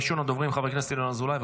ראשון הדוברים, חבר הכנסת ינון אזולאי.